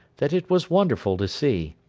that it was wonderful to see.